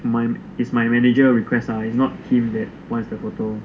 mine is my manager requests ah is not him that want the photo